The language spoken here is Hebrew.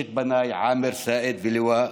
לשלושת בניי עאמר, סאאיד ולואא,